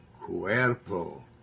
cuerpo